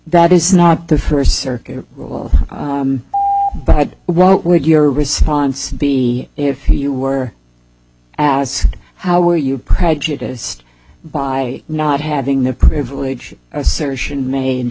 that is not the first circuit will but what would your response be if you were asked how were you prejudiced by not having the privilege assertion made